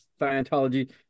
Scientology